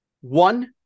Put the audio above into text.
One